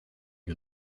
you